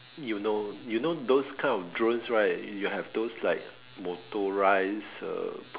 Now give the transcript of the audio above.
you know you know those kind of drones right you have those like motorise uh